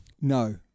No